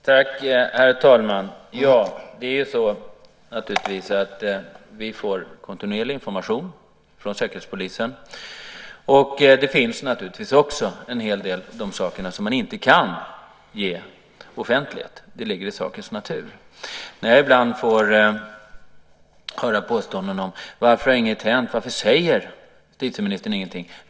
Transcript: Herr talman! Vi får naturligtvis kontinuerlig information från Säkerhetspolisen, och det finns naturligtvis också en hel del som man inte kan ge offentlighet. Det ligger i sakens natur. När till exempel enskilda fall har uppmärksammats får jag höra: Varför har inget hänt? Varför säger justitieministern ingenting?